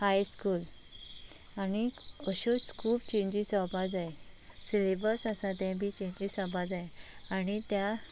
हाय school आणी अश्यो खूब चेंजीस जावपा जाय सिलेबस आसा तें बी चेंजीस जावपा जाय आनी त्या